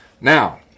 Now